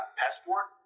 passport